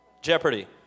Jeopardy